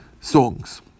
songs